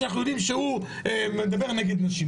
שאנחנו יודעים שהוא מדבר נגד נשים.